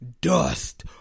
dust